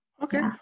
Okay